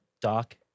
Doc